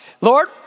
Lord